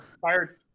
fired –